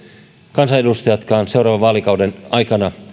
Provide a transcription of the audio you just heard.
kansanedustajatkaan seuraavan vaalikauden aikana